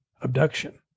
abduction